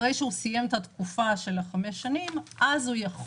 אחרי שהוא סיים את התקופה של 5 השנים הוא יכול